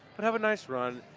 but have a nice run,